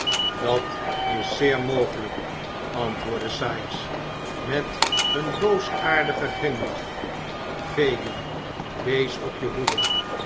dat is zeer mogelijk antwoordde sikes met een boosaardigen grimlach fagin wees op je hoede